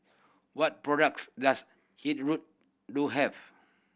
what products does Hill Road do have